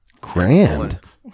Grand